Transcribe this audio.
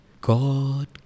God